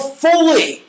fully